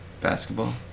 basketball